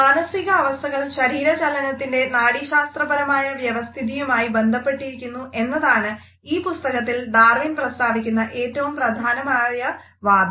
മാനസികാവസ്ഥകൾ ശരീരചലനത്തിൻ്റെ നാഡീശാസ്ത്രപരമായ വ്യവസ്ഥിതിയുമായി ബന്ധപ്പെടുത്തിരിക്കുന്നു എന്നതാണ് ഈ പുസ്തകത്തിൽ ഡാർവിൻ പ്രസ്താവിക്കുന്ന ഏറ്റവും പ്രധാനമായ വാദം